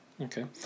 Okay